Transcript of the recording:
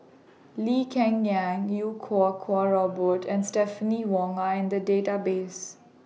Lee Cheng Yan Iau Kuo Kwong Robert and Stephanie Wong Are in The Database